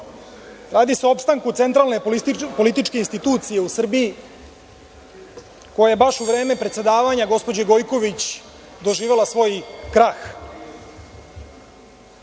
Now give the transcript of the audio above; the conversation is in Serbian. Radi se opstanku centralne političke institucije u Srbiji, koja je baš u vreme predsedavanja gospođe Gojković doživela svoj krah. Nakon